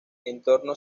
entorno